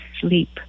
sleep